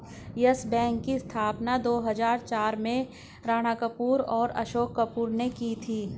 yes Bank की स्थापना दो हजार चार में राणा कपूर और अशोक कपूर ने की थी